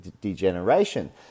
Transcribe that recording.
Degeneration